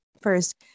First